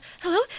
hello